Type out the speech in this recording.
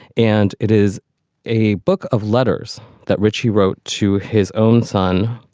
and it is a book of letters that richie wrote to his own son,